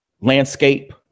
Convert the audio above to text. landscape